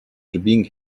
بینگ